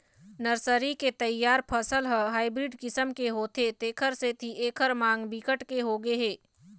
nursery के तइयार फसल ह हाइब्रिड किसम के होथे तेखर सेती एखर मांग बिकट के होगे हे